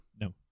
No